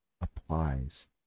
applies